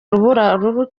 urubura